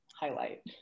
highlight